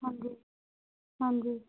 ਹਾਂਜੀ ਹਾਂਜੀ